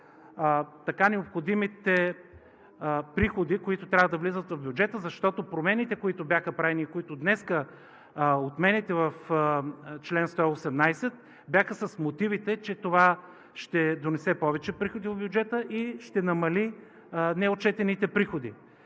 така необходимите приходи, които трябва да влизат в бюджета, защото промените, които бяха правени и които днес отменяте в чл. 118, бяха с мотивите, че това ще донесе повече приходи в бюджета и ще намали неотчетените приходи.